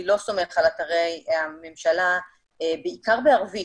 לא סומך על אתרי הממשלה בעיקר בערבית.